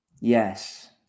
Yes